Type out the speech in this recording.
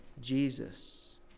Jesus